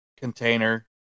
container